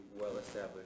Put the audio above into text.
well-established